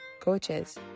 coaches